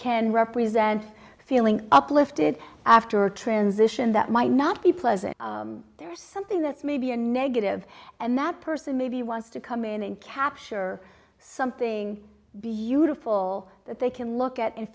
can represent a feeling uplifted after a transition that might not be pleasant there something that's maybe a negative and that person maybe wants to come in and capture something beautiful that they can look at and